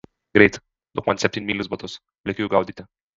greit duok man septynmylius batus lekiu jų gaudyti